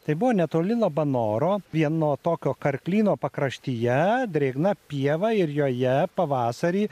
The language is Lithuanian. tai buvo netoli labanoro vieno tokio karklyno pakraštyje drėgna pieva ir joje pavasarį